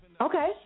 Okay